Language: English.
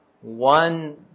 one